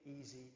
easy